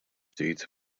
ftit